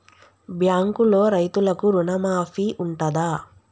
బ్యాంకులో రైతులకు రుణమాఫీ ఉంటదా?